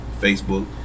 Facebook